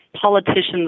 politicians